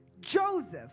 Joseph